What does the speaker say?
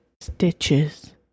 stitches